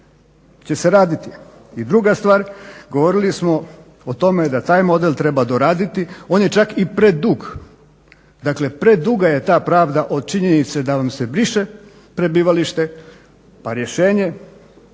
će se raditi. I druga stvar govorili smo o tome da taj model treba doraditi. On je čak i predug, dakle preduga je ta pravda od činjenice da vam se briše prebivalište pa rješenje,